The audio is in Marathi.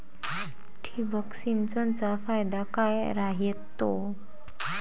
ठिबक सिंचनचा फायदा काय राह्यतो?